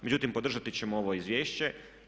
Međutim, podržati ćemo ovo izvješće.